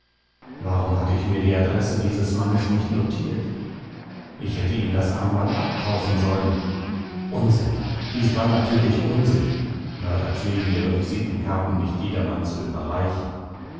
warum hatte ich mir die adresse dieses mannes nicht notiert ich hätte ihm das armband abkaufen sollen unsinn dies war natürlich unsinn mörder pflegen ihre visitenkarten nicht jedermann zu überreichen